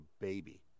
baby